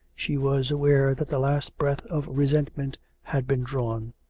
she was aware that the last breath of resentment had been drawn.